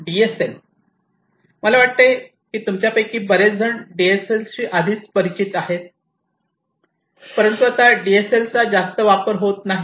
DSL मला वाटते की तुमच्यापैकी बरेच जण डीएसएलशी आधीच परिचित आहेत परंतु आता डीएसएलचा जास्त वापर होतं नाही